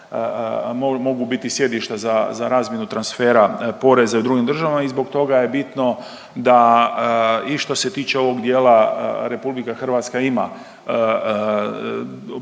Mogu biti sjedišta za razmjenu transfera poreza i u drugim državama i zbog toga je bitno da i što se tiče ovog dijela RH ima pozitivnu